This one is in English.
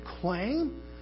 claim